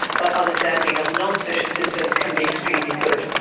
but understanding of non-social systems can be extremely good.